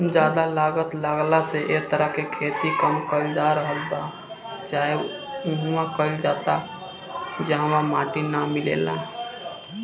ज्यादा लागत लागला से ए तरह से खेती कम कईल जा रहल बा चाहे उहा कईल जाता जहवा माटी ना मिलेला